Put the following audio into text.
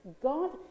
god